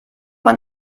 man